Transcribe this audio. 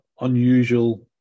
unusual